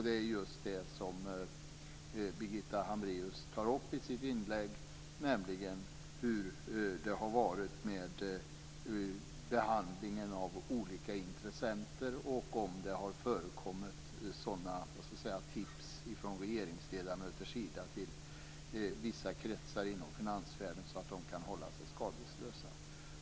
Det är just dessa som Birgitta Hambraeus tar upp i sitt inlägg. Det gäller hur behandlingen av olika intressenter har varit och om det har förekommit sådana tips från regeringsledamöters sida till vissa kretsar inom finansvärlden att de har kunna hålla sig skadeslösa.